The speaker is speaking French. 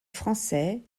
français